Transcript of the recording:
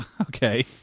Okay